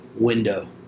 window